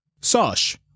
Sosh